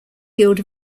guild